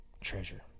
treasure